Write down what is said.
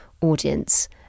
audience